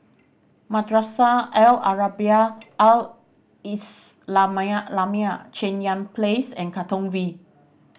Madrasah Al Arabiah Al Islamiah lamiah Yan Place and Katong V